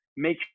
make